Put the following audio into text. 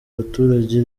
baturage